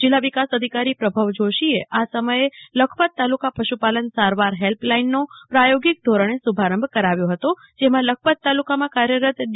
જિલ્લા વિકાસ અધિકારી પ્રભવ જોષીએ આ સમયે લખપત તાલુકા પશુપાલન સારવાર હેલ્પલાઇનનો પ્રાયોગિક ધોરણે શુભારંભ કરાવ્યો હતો જેમાં લખપત તાલુકામાં કાર્યરત ડી